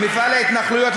מפעל ההתנחלויות,